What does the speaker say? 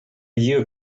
year